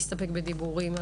בסוף אנחנו לא נסתפק בדיבורים.